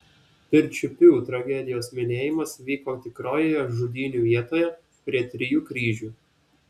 pirčiupių tragedijos minėjimas vyko tikrojoje žudynių vietoje prie trijų kryžių